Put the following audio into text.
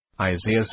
Isaiah